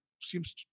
seems